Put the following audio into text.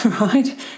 right